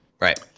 right